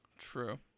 True